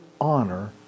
honor